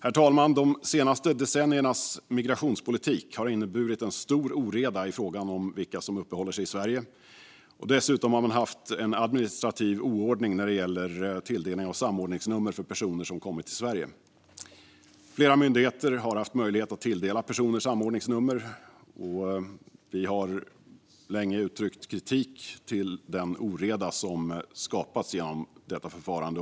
Herr talman! De senaste decenniernas migrationspolitik har inneburit en stor oreda i fråga om vilka som uppehåller sig i Sverige. Dessutom har man haft en administrativ oordning när det gäller tilldelning av samordningsnummer för personer som kommit till Sverige. Flera myndigheter har haft möjligheten att tilldela personer samordningsnummer. Vi har länge uttryckt kritik mot den oreda som skapats genom detta förfarande.